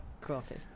Crawfish